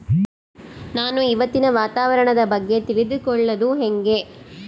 ನಾನು ಇವತ್ತಿನ ವಾತಾವರಣದ ಬಗ್ಗೆ ತಿಳಿದುಕೊಳ್ಳೋದು ಹೆಂಗೆ?